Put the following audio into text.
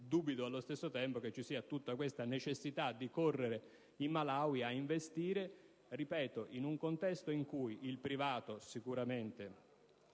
Dubito allo stesso tempo che ci sia tutta questa necessità di correre in Malawi ad investire in un contesto - ripeto - in cui il privato sicuramente